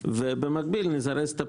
ובמקביל נזרז את הבחינה.